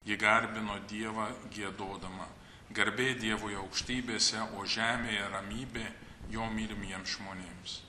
ji garbino dievą giedodama garbė dievui aukštybėse o žemėje ramybė jo mylimiem žmonėms